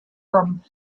from